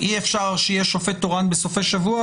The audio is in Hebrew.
אי אפשר שיהיה שופט תורן בסופי שבוע,